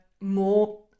more